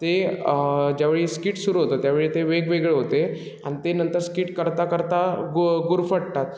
ते ज्यावेळी स्किट सुरु होतं त्यावेळी ते वेगवेगळे होते आणि ते नंतर स्किट करता करता गु गुरफटतात